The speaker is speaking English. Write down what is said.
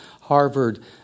Harvard